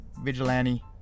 Vigilante